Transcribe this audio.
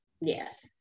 Yes